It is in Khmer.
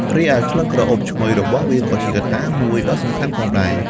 រីឯ ក្លិនក្រអូបឈ្ងុយ របស់វាក៏ជាកត្តាមួយដ៏សំខាន់ផងដែរ។